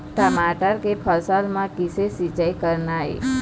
टमाटर के फसल म किसे सिचाई करना ये?